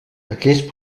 aquest